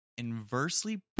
inversely